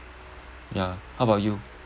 ya how about you